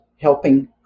helping